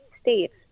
states